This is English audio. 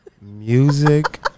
Music